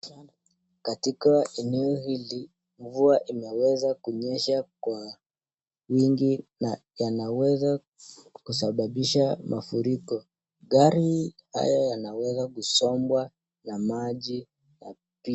Katika eneo hili mvua imeweza kunyesha kwa wingi na imesababisha mafuriko. Magari haya yameweza kusombwa na maji yakipita.